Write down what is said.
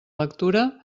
lectura